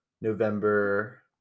november